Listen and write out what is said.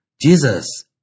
Jesus